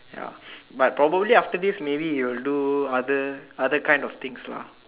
ya but probably after this maybe you'll do other other kind of things lah